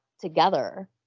together